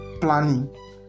planning